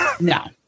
No